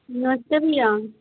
नमस्ते भैया